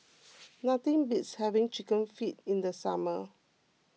nothing beats having Chicken Feet in the summer